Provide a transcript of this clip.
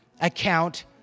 account